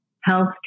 health